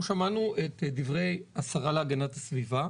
אנחנו שמענו את דברי השרה להגנת הסביבה,